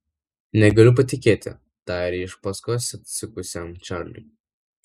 negaliu patikėti tarė iš paskos atsekusiam čarliui